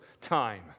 time